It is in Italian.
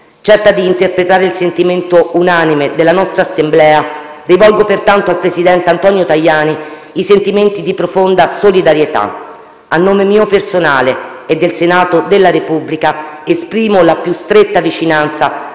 Certa di interpretare il sentimento unanime della nostra Assemblea, rivolgo pertanto al presidente Antonio Tajani i sentimenti di profonda solidarietà. A nome mio personale e del Senato della Repubblica, esprimo la più stretta vicinanza